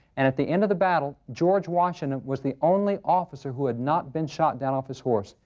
and at the end of the battle, george washington was the only officer who had not been shot down off his horse.